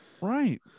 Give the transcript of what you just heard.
Right